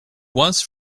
was